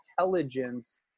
intelligence